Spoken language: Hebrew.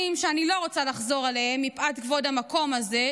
שאני לא רוצה לחזור עליהם מפאת כבוד המקום הזה,